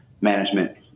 management